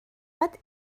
what